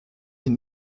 une